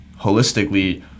holistically